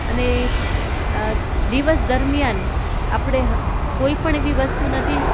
અને દિવસ દરમિયાન આપણે કોઈપણ એવી વસ્તુ નથી